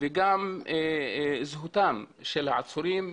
וגם זכותם של העצורים,